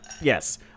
Yes